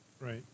Right